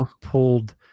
pulled